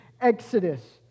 exodus